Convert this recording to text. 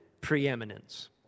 preeminence